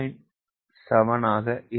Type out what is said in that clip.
7 ஆக இருக்கும்